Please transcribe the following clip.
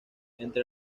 entre